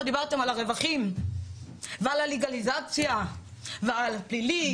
שדיברתם על הרווחים ועל הלגליזציה ועל הפלילי,